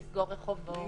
לסגור רחובות וכן הלאה.